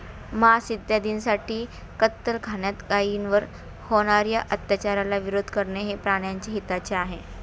मांस इत्यादींसाठी कत्तलखान्यात गायींवर होणार्या अत्याचाराला विरोध करणे हे प्राण्याच्या हिताचे आहे